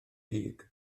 dug